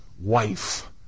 wife